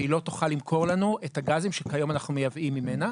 והיא לא תוכל למכור לנו את הגזים שכיום אנחנו מייבאים ממנה.